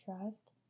trust